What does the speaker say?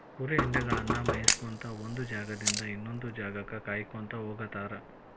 ಕುರಿ ಹಿಂಡಗಳನ್ನ ಮೇಯಿಸ್ಕೊತ ಒಂದ್ ಜಾಗದಿಂದ ಇನ್ನೊಂದ್ ಜಾಗಕ್ಕ ಕಾಯ್ಕೋತ ಹೋಗತಾರ